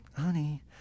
Honey